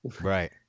Right